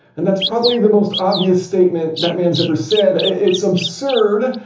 and that's probably the most obvious statement that man's ever said it's absurd